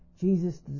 Jesus